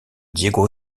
diego